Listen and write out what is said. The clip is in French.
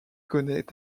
connait